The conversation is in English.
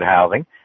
housing